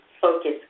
focus